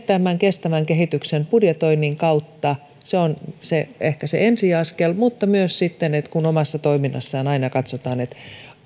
tämän kestävän kehityksen budjetoinnin kautta se on ehkä se ensiaskel mutta myös sitten se kun omassa toiminnassa aina katsotaan että